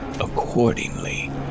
accordingly